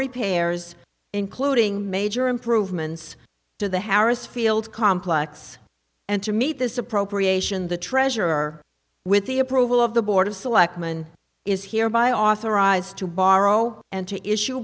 repairs including major improvements to the harris field complex and to meet this appropriation the treasurer with the approval of the board of selectmen is here by authorized to borrow and to issue